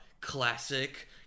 classic